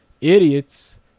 idiots